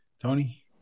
Tony